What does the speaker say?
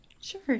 Sure